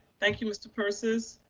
thank you, mr. persis,